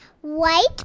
white